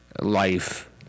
life